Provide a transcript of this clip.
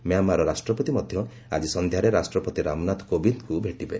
Myanmar ରାଷ୍ଟ୍ରପତି ମଧ୍ୟ ଆଜି ସନ୍ଧ୍ୟାରେ ରାଷ୍ଟ୍ରପତି ରାମନାଥ କୋବିନ୍ଦଙ୍କୁ ଭେଟିବେ